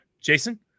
Jason